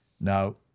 Now